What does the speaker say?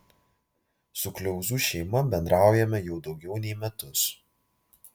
su kliauzų šeima bendraujame jau daugiau nei metus